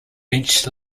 bench